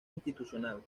institucional